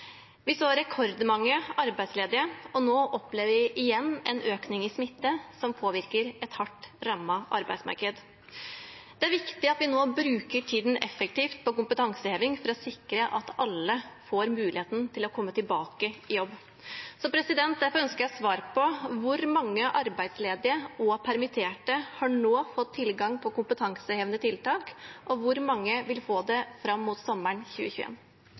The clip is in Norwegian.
vi kan ha skipet i arbeid så godt som mulig og så lenge som mulig. «Det er over et halvt år siden koronapandemien traff Norge, og rekordmange arbeidstakere ble arbeidsledige. Nå opplever vi igjen en økning i smitte som påvirker arbeidsmarkedet. Det er viktig å bruke tiden effektivt til kompetanseheving for å sikre at alle får muligheter til å komme tilbake i jobb. Hvor mange arbeidsledige og permitterte har nå fått tilgang på relevante kompetansetilbud?» Jeg takker representanten for et godt og